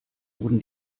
wurden